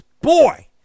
Boy